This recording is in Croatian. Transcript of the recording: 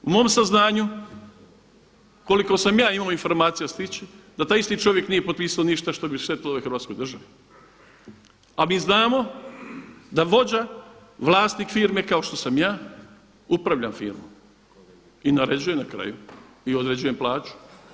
Po mom saznanju koliko sam ja imao informacija stići, da taj isti čovjek nije potpisao ništa što bi štetilo ovoj Hrvatskoj državi, a mi znamo da vođa, vlasnik firme kao što sam ja upravljam firmom i naređujem na kraju i određujem plaću.